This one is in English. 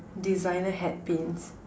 designer hat pins